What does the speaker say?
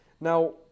Now